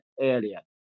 area